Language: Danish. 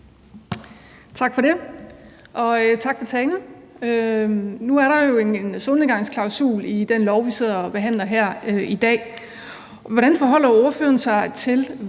Tak for det. Og tak for talen. Nu er der jo en solnedgangsklausul i det lovforslag, vi sidder og behandler her i dag. Hvordan forholder ordføreren sig til,